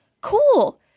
Cool